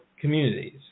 communities